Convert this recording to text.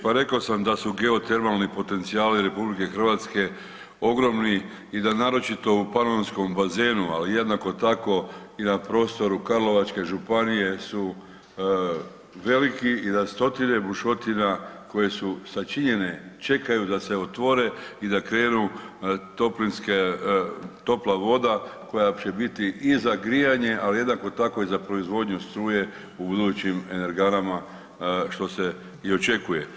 Pa rekao sam da su geotermalni potencijali RH ogromni i da naročito u Panonskom bazenu, ali jednako tako i na prostoru Karlovačke županije su veliki i da stotine bušotina koje su sačinjene čekaju da se otvore i da krenu toplinske topla voda koja će biti i za grijanje, ali jednako tako za proizvodnju struje u budućim energanama što se i očekuje.